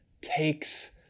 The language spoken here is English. takes